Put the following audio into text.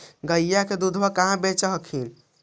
गईया के दूधबा कहा बेच हखिन?